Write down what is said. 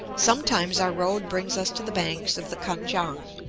sometimes our road brings us to the banks of the kan-kiang,